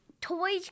toys